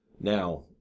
Now